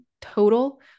total